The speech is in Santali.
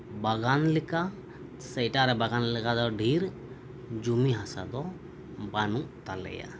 ᱵᱟᱜᱟᱱ ᱞᱮᱠᱟ ᱥᱮ ᱮᱴᱟᱜ ᱨᱮ ᱵᱟᱜᱟᱱ ᱞᱮᱠᱟ ᱫᱚ ᱰᱷᱮᱨ ᱡᱩᱢᱤ ᱦᱟᱥᱟ ᱫᱚ ᱵᱟᱱᱩᱜ ᱛᱟᱞᱮᱭᱟ